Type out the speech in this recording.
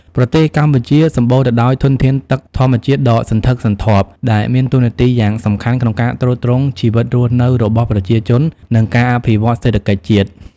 ប្រទេសកម្ពុជាសម្បូរទៅដោយធនធានទឹកធម្មជាតិដ៏សន្ធឹកសន្ធាប់ ដែលមានតួនាទីយ៉ាងសំខាន់ក្នុងការទ្រទ្រង់ជីវិតរស់នៅរបស់ប្រជាជន និងការអភិវឌ្ឍសេដ្ឋកិច្ចជាតិ។